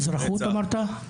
אמרת אזרחות?